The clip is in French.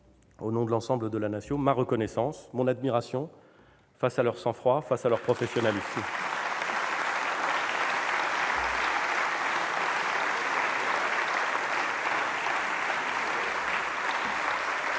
au nom de l'ensemble de la Nation, ma reconnaissance, mon admiration face à leur sang-froid, face à leur professionnalisme.